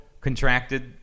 contracted